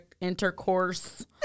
intercourse